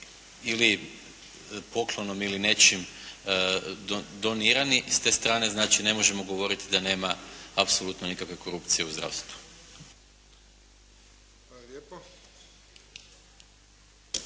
ili poklonom ili nečim donirani, s te strane znači ne možemo govoriti da nema apsolutno nikakve korupcije u zdravstvu.